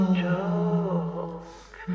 joke